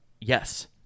yes